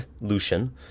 Lucian